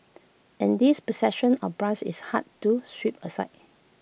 and this perception of bias is hard to sweep aside